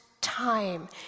time